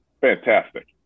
Fantastic